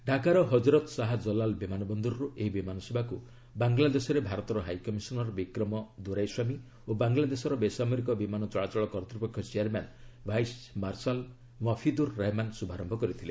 ଢାକାର ହଜରତ ଶାହା ଜଲାଲ ବିମାନ ବନ୍ଦରରୁ ଏହି ବିମାନସେବାକୁ ବାଙ୍ଗଲାଦେଶରେ ଭାରତର ହାଇକମିଶନର୍ ବିକ୍ରମ ଦୋରାଇସ୍ୱାମୀ ଓ ବାଙ୍ଗଲାଦେଶର ବେସାମରିକ ବିମାନ ଚଳାଚଳ କର୍ତ୍ତପକ୍ଷ chairman vice marshal Mafidur Rahman ଶୁଭାରମ୍ଭ କରିଥିଲେ